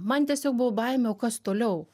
man tiesiog buvo baimė o kas toliau